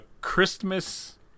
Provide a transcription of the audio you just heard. Christmas